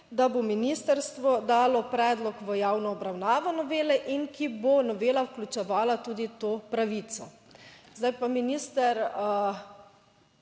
da bo ministrstvo dalo predlog v javno obravnavo novele in ki bo novela vključevala tudi to pravico. Zdaj pa minister